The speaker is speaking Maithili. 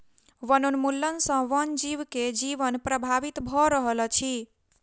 वनोन्मूलन सॅ वन जीव के जीवन प्रभावित भ रहल अछि